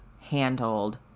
handled